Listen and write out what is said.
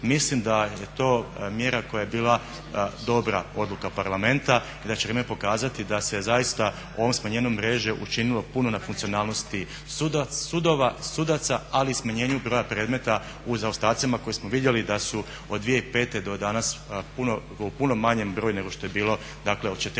mislim da je to mjera koja je bila dobra odluka Parlamenta i da će vrijeme pokazati da se zaista ovim smanjenjem mreže učinilo puno na funkcionalnosti sudaca, ali i smanjenju broja predmeta u zaostacima koji smo vidjeli da su od 2005. do danas u puno manjem broju nego što je bilo, dakle